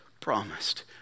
promised